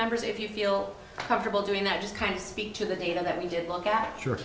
members if you feel comfortable doing that just kind of speak to the data that we did look a